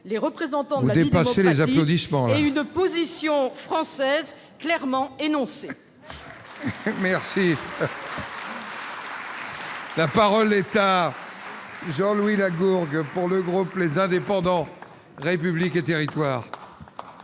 les acteurs de la vie démocratique et une position française clairement énoncée. La parole est à M. Jean-Louis Lagourgue, pour le groupe Les Indépendants-République et Territoires.